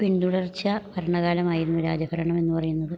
പിന്തുടർച്ച ഭരണകാലമായിരുന്നു രാജ ഭരണമെന്ന് പറയുന്നത്